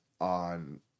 on